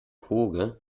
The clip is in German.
hooge